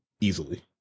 easily